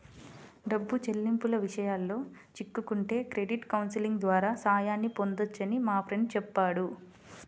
డబ్బు చెల్లింపుల విషయాల్లో చిక్కుకుంటే క్రెడిట్ కౌన్సిలింగ్ ద్వారా సాయాన్ని పొందొచ్చని మా ఫ్రెండు చెప్పాడు